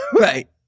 Right